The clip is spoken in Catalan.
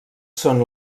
són